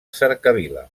cercavila